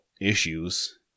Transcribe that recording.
issues